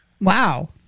Wow